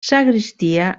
sagristia